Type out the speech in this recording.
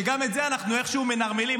שגם את זה אנחנו איכשהו מנרמלים.